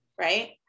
Right